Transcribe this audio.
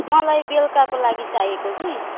मलाई बेलुकाको लागि चाहिएको कि